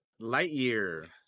Lightyear